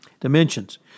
dimensions